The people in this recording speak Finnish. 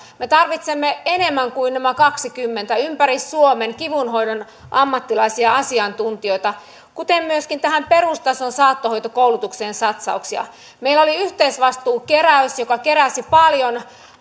me tarvitsemme enemmän kuin nämä kaksikymmentä ympäri suomen kivunhoidon ammattilaisia asiantuntijoita kuten myöskin tähän perustason saattohoitokoulutukseen satsauksia meillä oli yhteisvastuukeräys joka keräsi paljon